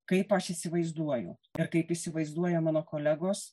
kaip aš įsivaizduoju ir kaip įsivaizduoja mano kolegos